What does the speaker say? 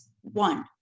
One